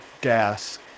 gas